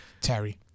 Terry